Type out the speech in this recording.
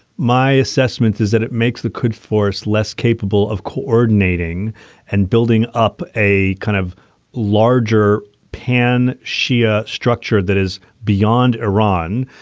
my assessment is that it makes the could force less capable of coordinating and building up a kind of larger pan shia structure that is beyond iran.